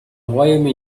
royaume